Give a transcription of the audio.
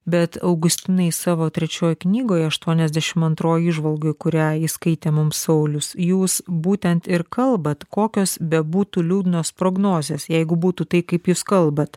bet augustinai savo trečiojoj knygoj aštuoniasdešimt antroji įžvalga kurią jis skaitė mums saulius jūs būtent ir kalbat kokios bebūtų liūdnos prognozės jeigu būtų tai kaip jūs kalbat